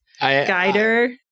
guider